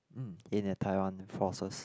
mm in a Taiwan forces